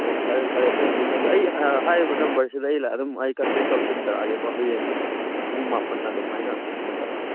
ꯑꯣ ꯐꯔꯦ ꯐꯔꯦ ꯊꯦꯡꯛ ꯌꯨ ꯊꯦꯡꯛ ꯌꯨ ꯑꯩ ꯑꯥ ꯍꯥꯏꯔꯤꯕ ꯅꯝꯕꯔ ꯁꯤꯗ ꯑꯗꯨꯝ ꯑꯩ ꯀꯟꯇꯦꯛ ꯇꯧꯁꯤꯟꯖꯔꯛꯂꯒꯦꯀꯣ ꯍꯌꯦꯡ ꯄꯨꯡ ꯃꯥꯄꯜ ꯑꯗꯨꯃꯥꯏꯅ ꯀꯣꯜ ꯇꯧꯔꯛꯂꯒꯦ